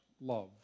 love